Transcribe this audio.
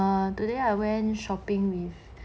err today I went shopping with ben